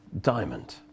diamond